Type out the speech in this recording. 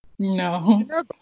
No